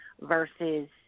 versus